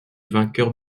vainqueur